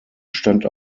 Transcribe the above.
stand